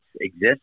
exist